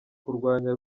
kurwanya